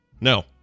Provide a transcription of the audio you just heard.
No